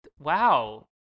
Wow